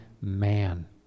man